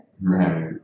right